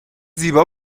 زیبا